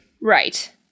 Right